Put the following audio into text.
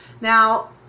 Now